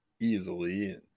easily